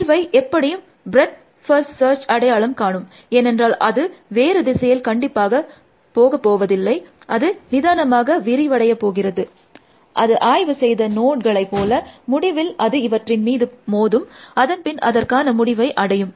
தீர்வை எப்படியும் breadth first search அடையாளம் காணும் ஏனென்றால் அது வேறு திசையில் கண்டிப்பாக போகப்போவதில்லை அது நிதானமாக விரிவடைய போகிறது அது ஆய்வு செய்த நோட்களை போல முடிவில் அது இவற்றின் மீது மோதும் அதன் பின் அதற்கான முடிவை அடையும்